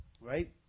Right